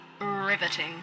riveting